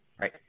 Right